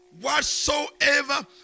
Whatsoever